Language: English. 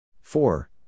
Four